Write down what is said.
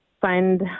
find